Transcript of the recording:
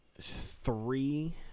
three